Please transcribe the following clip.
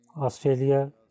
Australia